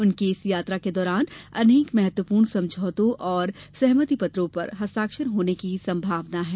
उनकी इस यात्रा के दौरान अनेक महत्वपूर्ण समझौते और सहमति पत्रों पर हस्ताक्षर होने की संभावना है